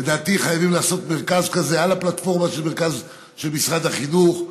לדעתי חייבים לעשות מרכז כזה על הפלטפורמה של משרד החינוך,